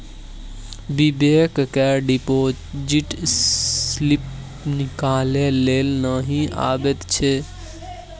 बिबेक केँ deposit slip निकालै लेल नहि अबैत छै